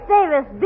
Davis